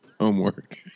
Homework